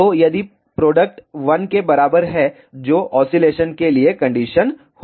तो यदि प्रोडक्ट 1 के बराबर है जो ऑसीलेशन के लिए कंडीशन होगी